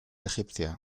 egipcia